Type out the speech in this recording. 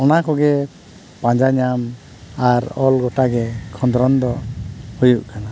ᱚᱱᱟ ᱠᱚᱜᱮ ᱯᱟᱡᱟᱸ ᱧᱟᱢ ᱟᱨ ᱚᱞ ᱜᱚᱴᱟᱜᱮ ᱠᱷᱚᱸᱫᱽᱨᱚᱸᱫᱽ ᱫᱚ ᱦᱩᱭᱩᱜ ᱠᱟᱱᱟ